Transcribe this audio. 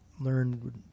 learn